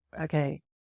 Okay